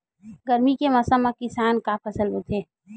गरमी के मौसम मा किसान का फसल बोथे?